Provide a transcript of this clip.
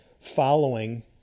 following